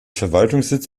verwaltungssitz